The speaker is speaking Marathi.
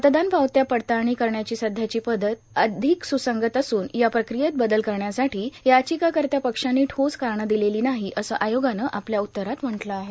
मतदान पावत्या पडताळणी करण्याची सध्याची पद्वत अधिक सुसंगत असून या प्रक्रियेत बदल करण्यासाठी याचिकाकर्त्या पक्षांनी ठोस कारण दिलेलं नाही असं आयोगानं आपल्या उत्तरात म्हटलं आहे